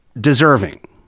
deserving